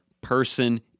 person